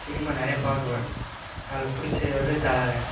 cinema நிறையா பார்க்குவேன் அதில் பிடிச்சது வந்து தலை